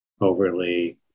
overly